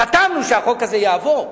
חתמנו שהחוק הזה יעבור.